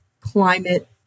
climate